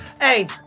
Hey